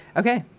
ok!